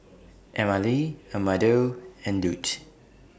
Emmalee Amado and Lute